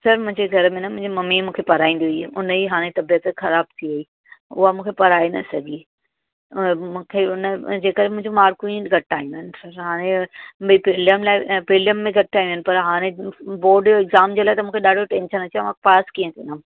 sir मुंहिंजे घर में न मुंहिंजी मम्मी मूंखे पढ़ाईंदी हुई हुन जी हाणे तबियत ख़राबु थी वेई उहा मूंखे पढ़ाए न सघी ऐं मूंखे हुन जे करे मुंहिंजी मार्कूं ई घटि आहिनि सर हाणे बि प्रिलिम लाइ ऐं प्रिलिम में घटि आहिनि पर हाणे बोड जो एक्ज़ाम जे लाइ त मूंखे ॾाढो टेंशन अचे मां पास कीअं थींदमि